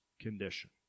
condition